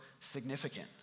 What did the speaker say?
significant